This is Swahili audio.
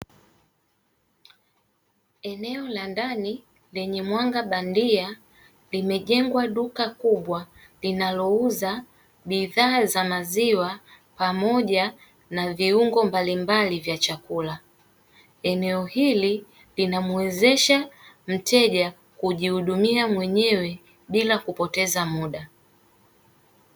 Eneo la ndani lenye mwanga bandia limejengwa duka kubwa linalouza bidhaa za maziwa pamoja na viungo mbalimbali vya chakula eneo hili linamwezesha mteja kujihudumia mwenyewe bila kupoteza muda.